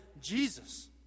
Jesus